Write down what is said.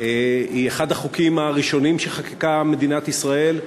היא אחד החוקים הראשונים שחוקקה מדינת ישראל,